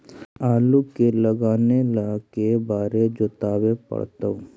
आलू के लगाने ल के बारे जोताबे पड़तै?